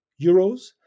euros